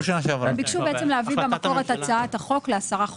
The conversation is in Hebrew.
הם ביקשו להביא במקור את הצעת החוק לעשרה חודשים,